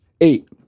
Eight